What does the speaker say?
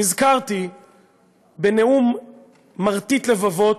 נזכרתי בנאום מרטיט לבבות,